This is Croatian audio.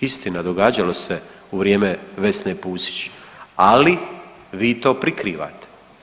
Istina, događalo se u vrijeme Vesne Pusić, ali vi to prikrivate.